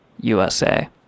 USA